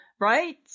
Right